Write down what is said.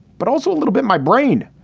but also a little bit my brain.